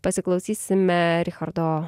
pasiklausysime richardo